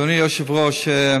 אדוני היושב-ראש,